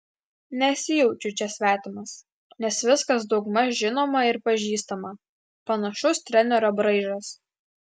nesijaučiu čia svetimas nes viskas daugmaž žinoma ir pažįstama panašus trenerio braižas